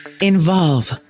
Involve